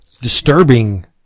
disturbing